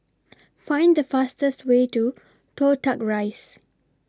Find The fastest Way to Toh Tuck Rise